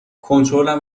کنترلم